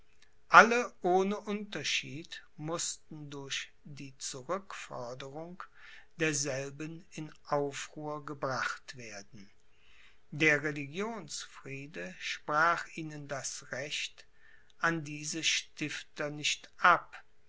alle ohne unterschied mußten durch die zurückforderung derselben in aufruhr gebracht werden der religionsfriede sprach ihnen das recht an diese stifter nicht ab